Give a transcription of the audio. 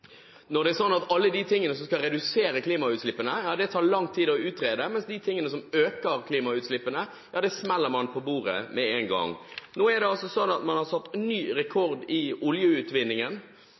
når det er sånn at alt som skal redusere klimautslippene, tar lang tid å utrede, mens det som øker klimautslippene, smeller man på bordet med en gang. Nå er det sånn at man har satt ny rekord i